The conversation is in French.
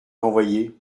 renvoyé